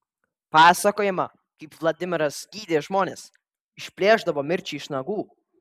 pasakojama kaip vladimiras gydė žmones išplėšdavo mirčiai iš nagų